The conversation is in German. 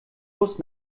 bus